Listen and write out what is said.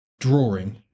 drawing